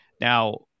Now